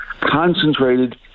concentrated